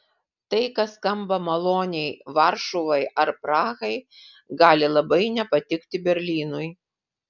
tai kas skamba maloniai varšuvai ar prahai gali labai nepatikti berlynui